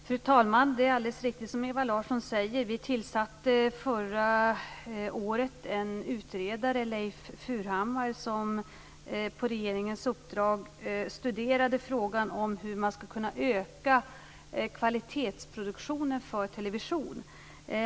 Fru talman! Det är alldeles riktigt som Ewa Larsson säger. Vi tillsatte förra året en utredare, Leif Furhammar, som på regeringens uppdrag studerade frågan hur man skall kunna öka kvalitetsproduktionen för television.